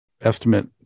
estimate